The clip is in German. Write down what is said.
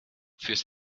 fürs